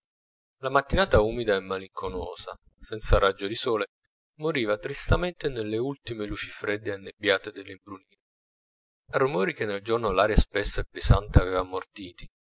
la mattinata umida e malinconosa senza raggio di sole moriva tristamente nelle ultime luci fredde e annebbiate dell'imbrunire a rumori che nel giorno l'aria spessa e pesante aveva